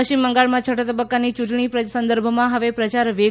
પશ્ચિમ બંગાળમાં છઠ્ઠા તબક્કાની ચુંટણી સંદર્ભમાં હવે પ્રચાર વેગ પકડશે